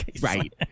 Right